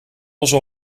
onze